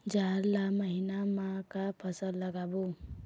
जाड़ ला महीना म का फसल लगाबो?